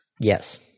Yes